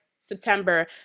September